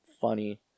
funny